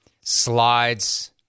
Slides